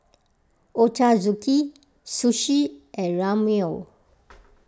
Ochazuke Sushi and Ramyeon